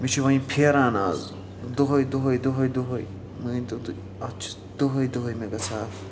مےٚ چھُ وۄنۍ پھیران اَز دۄہَے دۄہَے دۄہَے دۄہَے مٲنۍ تو تُہۍ اَتھ چھِ دۄہَے دۄہَے مےٚ گژھان